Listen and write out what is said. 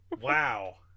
wow